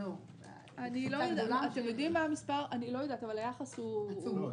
אני לא יודעת, אבל היחס הוא עצום.